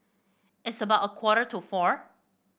its about a quarter to four